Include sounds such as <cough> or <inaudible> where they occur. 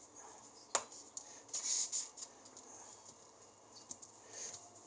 <breath>